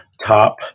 Top